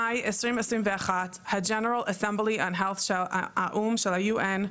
במאי 2021, האו"ם של ה-UN,